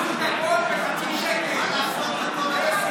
אבל הגעתי